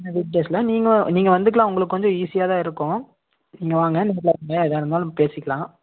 இந்த வீக் டேஸ்ல நீங்கள் நீங்கள் வந்துக்கலாம் உங்களுக்கு வந்து ஈஸியாகதான் இருக்கும் நீங்கள் வாங்க நம்ம நேர்ல ஏதா இருந்தாலும் பேசிக்கலாம்